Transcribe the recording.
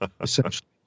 Essentially